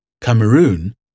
Cameroon